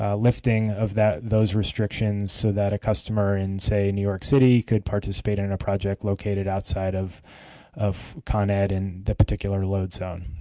ah lifting of those restrictions so that a customer in, say, new york city could participate in and a project located outside of of con ed and the particular load zone.